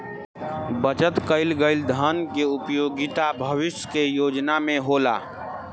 बचत कईल गईल धन के उपयोगिता भविष्य के योजना में होला